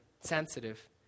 sensitive